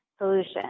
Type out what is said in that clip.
solution